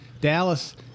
Dallas